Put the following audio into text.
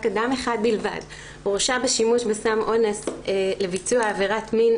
אדם אחד בלבד הורשע בשימוש בסם אונס לביצוע עבירת מין,